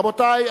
רבותי,